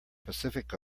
pacific